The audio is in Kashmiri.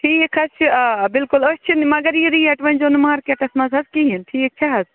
ٹھیٖک حظ چھُ آ بِلکُل أسۍ چھِنہٕ مگر یہِ ریٹ ؤنۍزیٚو نہٕ مارکیٚٹَس مَنٛز حظ کِہیٖنٛۍ ٹھیٖک چھِ حظ